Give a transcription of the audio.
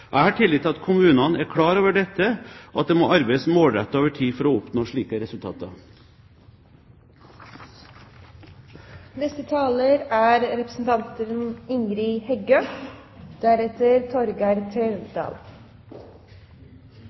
Jeg har tillit til at kommunene er klar over dette, og at det må arbeides målrettet over tid for å oppnå slike resultater. Eg vil innleiingsvis gje ros for at det er